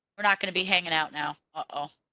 we're not gonna be hanging out now. ah